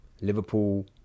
Liverpool